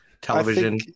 television